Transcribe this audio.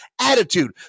attitude